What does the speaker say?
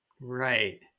right